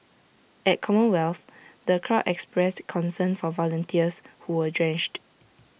at commonwealth the crowd expressed concern for volunteers who were drenched